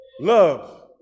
Love